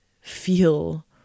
feel